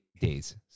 days